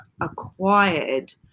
acquired